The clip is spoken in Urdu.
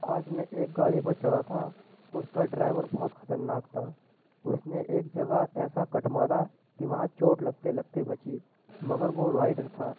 آج میں ایک گاڑی پر چڑھا تھا اس کا ڈرائیور بہت خطرناک تھا اس نے ایک جگہ ایسا کٹ مارا کہ وہاں چوٹ لگتے لگتے بچی مگر وہ وائڈر تھا